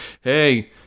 hey